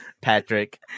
Patrick